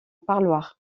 parloir